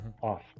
off